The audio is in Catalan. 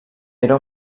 era